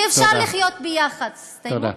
ואפשר לחיות ביחד, תודה.